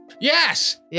Yes